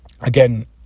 again